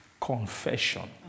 confession